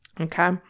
Okay